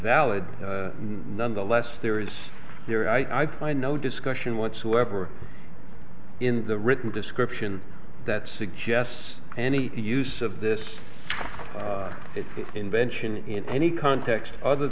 valid nonetheless there is here i ply no discussion whatsoever in the written description that suggests any use of this invention in any context other